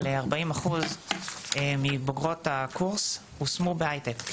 אבל 40% מבוגרות הקורס הושמו בהייטק.